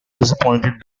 disappointed